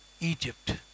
Egypt